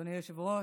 אדוני היושב-ראש,